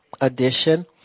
edition